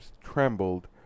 trembled